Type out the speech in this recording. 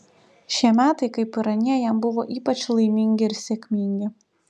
šie metai kaip ir anie jam buvo ypač laimingi ir sėkmingi